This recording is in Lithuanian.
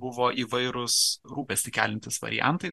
buvo įvairūs rūpestį keliantys variantai